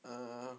ah